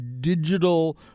digital